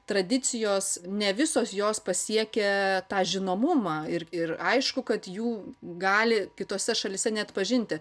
tradicijos ne visos jos pasiekia tą žinomumą ir ir aišku kad jų gali kitose šalyse neatpažinti